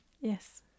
Yes